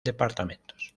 departamentos